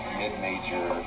mid-major